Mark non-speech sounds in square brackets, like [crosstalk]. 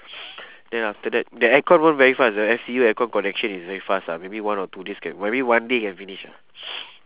[noise] then after that the aircon one very fast ah the F_C_U aircon connection is very fast ah maybe one or two days can maybe one day can finish ah [noise]